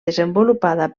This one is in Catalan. desenvolupada